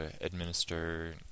administer